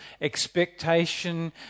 expectation